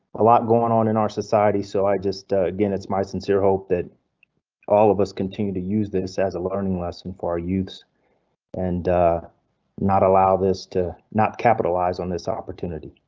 a lot going on in our society so i just again. it's my sincere hope that all of us continue to use this as a learning lesson for our youths and not allow this to not capitalize on this opportunity.